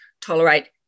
tolerate